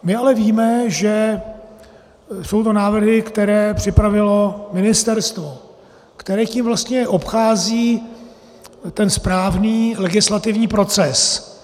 My ale víme, že jsou to návrhy, které připravilo ministerstvo, které tím vlastně obchází správný legislativní proces.